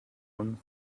him